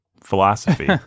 philosophy